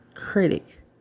critic